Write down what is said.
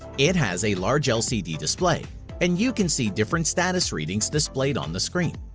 it has a large lcd display and you can see different status readings displayed on the screen.